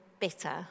better